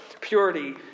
purity